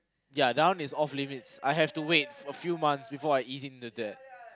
ya that one is off limits I have to wait a few months before I ease into that